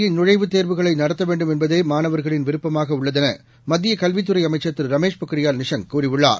இ நுழைவுத் தேர்வுகளை நடத்த வேண்டும் என்பதே மாணவர்களின் விருப்பமாக உள்ளதென மத்திய கல்வித்துறை அமைச்சர் திரு ரமேஷ் பொக்ரியால் நிஷாங் கூறியுள்ளார்